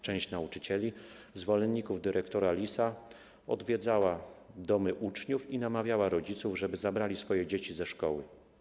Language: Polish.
Część nauczycieli, zwolenników dyrektora Lisa, odwiedzała domy uczniów i namawiała rodziców, żeby zabrali swoje dzieci ze szkoły.